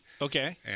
Okay